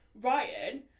Ryan